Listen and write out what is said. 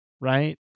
Right